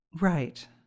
Right